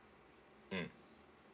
mm